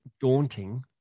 daunting